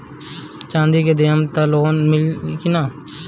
चाँदी देहम त लोन मिली की ना?